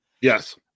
Yes